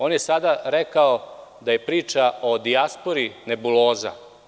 On je sada rekao da je priča o dijaspori nebuloza.